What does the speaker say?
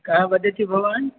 कः वदति भवान्